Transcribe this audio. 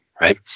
right